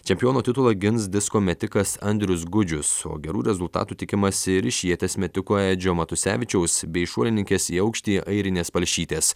čempiono titulą gins disko metikas andrius gudžius o gerų rezultatų tikimasi ir iš ieties metiko edžio matusevičiaus bei šuolininkės į aukštį airinės palšytės